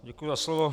Děkuji za slovo.